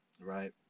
Right